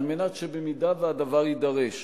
על מנת שבמידה שהדבר יידרש,